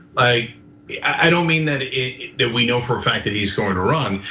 i i don't mean that that we know for a fact that he's going to run,